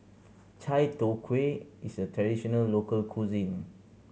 chai tow kway is a traditional local cuisine